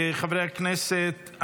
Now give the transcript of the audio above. חברי הכנסת,